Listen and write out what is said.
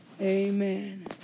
amen